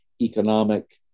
economic